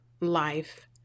life